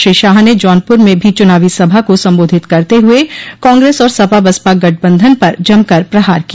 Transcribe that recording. श्री शाह ने जौनपुर में भी चुनावी सभा को संबोधित करते हुए कांग्रेस और सपा बसपा गठबंधन पर जमकर प्रहार किया